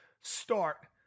start